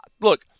Look